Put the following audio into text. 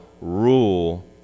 rule